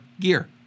gear